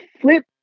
flip